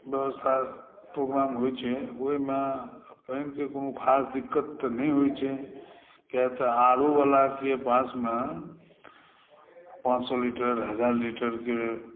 बेबस्था प्रोग्राम होइ छै ओहिमे पानिके कोनो ख़ास दिक़्क़त तऽ नहि होइ छै किया तऽ आर ओवलावलाके पासमे पाँच सओ लीटर हज़ार लीटरके